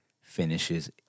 finishes